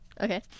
Okay